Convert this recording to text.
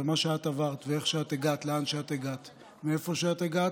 ומה שאת עברת ואיך שאת הגעת לאן שאת הגעת מאיפה שאת הגעת,